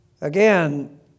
Again